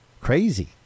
crazy